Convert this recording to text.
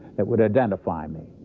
that would identify me.